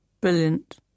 Brilliant